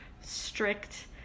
strict